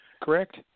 correct